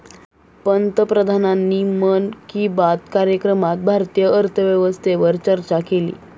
पंतप्रधानांनी मन की बात कार्यक्रमात भारतीय अर्थव्यवस्थेवर चर्चा केली